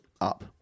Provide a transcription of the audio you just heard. up